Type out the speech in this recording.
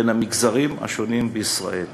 בין המגזרים השונים בישראל.